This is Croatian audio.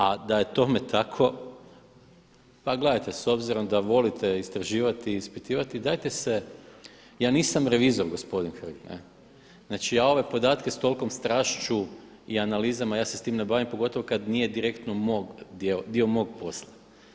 A da je tome tako pa gledajte s obzirom da volite istraživati i ispitivati dajte se, ja nisam revizor gospodine Hrg, znači ja ove podatke s tolikom strašću i analizama ja s tim ne bavim pogotovo kad nije direktno dio mog posla.